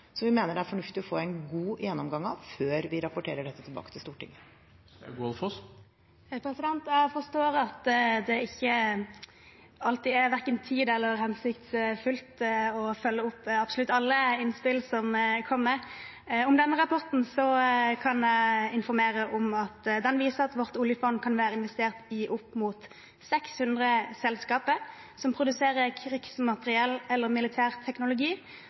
vi mener det er fornuftig å få en god gjennomgang av før vi rapporterer dette tilbake til Stortinget. Jeg forstår at det ikke alltid er verken tid til eller hensiktsmessig å følge opp absolutt alle innspill som kommer. Når det gjelder denne rapporten, kan jeg informere om at den viser at vårt oljefond kan være investert i opp mot 600 selskaper som produserer krigsmateriell eller militær teknologi,